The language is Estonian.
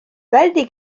väldi